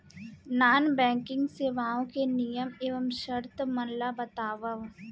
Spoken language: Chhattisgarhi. नॉन बैंकिंग सेवाओं के नियम एवं शर्त मन ला बतावव